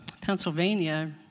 Pennsylvania